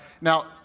Now